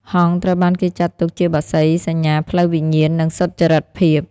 ហង្ស ត្រូវបានគេចាត់ទុកជាបក្សីសញ្ញាផ្លូវវិញ្ញាណ និងសុចរិតភាព។